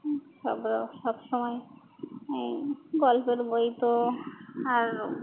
সবরকম সবসময় গল্পের বই তো আর